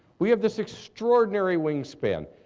we have this extraordinary wingspan.